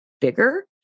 bigger